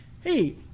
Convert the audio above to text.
hey